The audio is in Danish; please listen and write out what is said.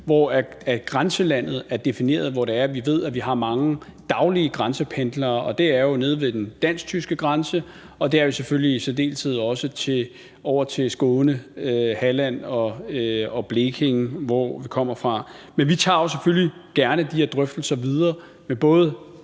hvorimod grænselandet er defineret ved, at vi ved, at vi har mange daglige grænsependlere – det er jo nede ved den dansk-tyske grænse, og det er selvfølgelig i særdeleshed også over til Skåne, Halland og Blekinge. Det er der, de kommer fra. Men vi tager jo selvfølgelig gerne de her drøftelser videre med både